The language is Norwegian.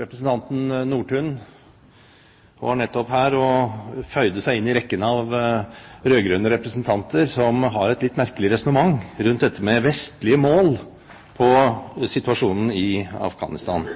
Representanten Nordtun var nettopp her og føyde seg inn i rekken av rød-grønne representanter som har et litt merkelig resonnement rundt dette med vestlige mål og situasjonen i Afghanistan.